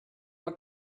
want